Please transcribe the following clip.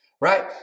Right